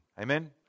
Amen